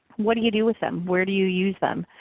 what do you do with them? where do you use them?